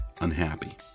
unhappy